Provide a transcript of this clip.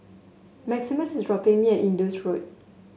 Maximus is dropping me at Indus Road